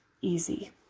easy